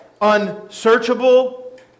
Unsearchable